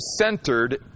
centered